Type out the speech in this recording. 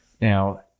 Now –